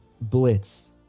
blitz